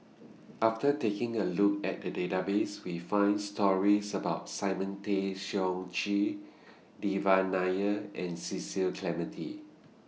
after taking A Look At The Database We found stories about Simon Tay Seong Chee Devan Nair and Cecil Clementi